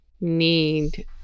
need